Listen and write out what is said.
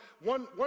one